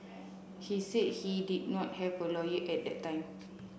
he said he did not have a lawyer at the time